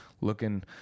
looking